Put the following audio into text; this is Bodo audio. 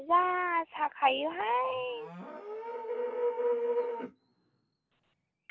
जा साखायो हाय